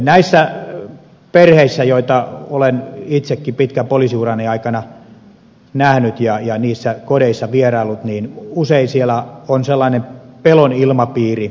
näissä perheissä joita olen itsekin pitkän poliisiurani aikana nähnyt ja niissä kodeissa vieraillut usein on sellainen pelon ilmapiiri